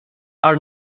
are